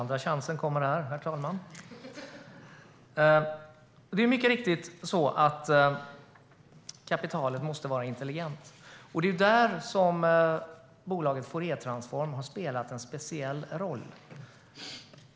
Herr talman! Andra chansen kommer här! Det är mycket riktigt så att kapitalet måste vara intelligent. Det är där bolaget Fouriertransform har spelat en speciell roll.